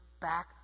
back